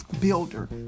Builder